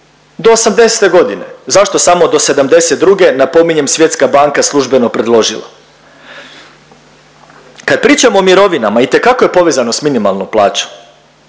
Do 80-te godine zašto samo do 72 napominjem Svjetska banka je službeno predložila. Kad pričamo o mirovinama itekako je povezano s minimalnom plaćom